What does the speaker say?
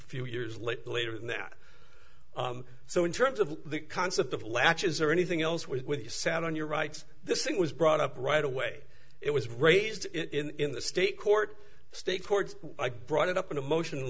few years late later than that so in terms of the concept of latches or anything else with you sat on your rights this thing was brought up right away it was raised in the state court state courts i brought it up in a motion